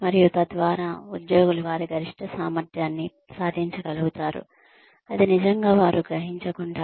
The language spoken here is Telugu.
మరియు తద్వారా ఉద్యోగులు వారి గరిష్ట సామర్థ్యాన్ని సాధించగలుగుతారు అది నిజంగా వారు గ్రహించకుండా